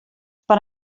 per